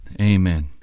Amen